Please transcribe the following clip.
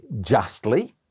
justly